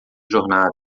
jornada